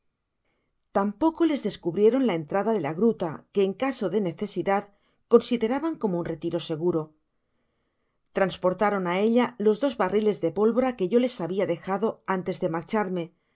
tampoco ies descubrieron la entrada de la gruta que en caso de necesidad consideraban como un retiro seguro transportaron á ella los dos barriles de pólvora que yo les habia dejado antes de marcharme